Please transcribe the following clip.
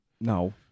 No